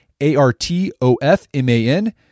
A-R-T-O-F-M-A-N